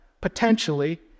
potentially